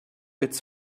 its